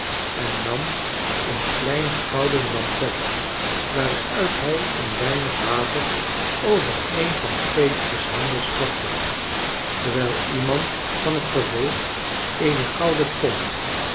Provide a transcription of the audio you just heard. en nam een klein gouden lampet waaruit hij een weinig water over een van petrus handen stortte terwyl iemand van het gevolg eene gouden kom